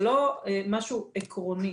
זה לא משהו עקרוני,